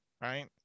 right